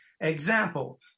Example